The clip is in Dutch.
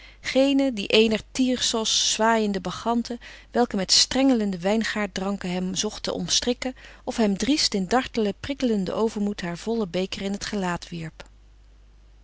die eener thyrsos zwaaiende bacchante welke met strengelende wijngaardranken hem zocht te omstrikken of hem driest in dartelen prikkelenden overmoed haar vollen beker in het gelaat wierp